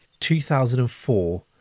2004